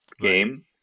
game